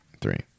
three